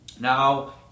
now